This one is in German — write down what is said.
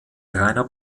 rainer